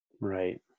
Right